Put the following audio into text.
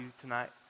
tonight